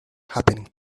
happened